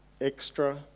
extra